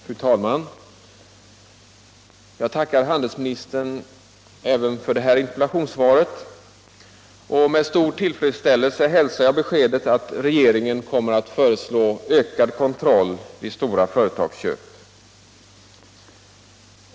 Fru talman! Jag tackar handelsministern även för detta interpellationssvar. Med stor tillfredsställelse hälsar jag beskedet att regeringen kommer att föreslå ökad kontroll vid stora företagsköp.